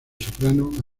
soprano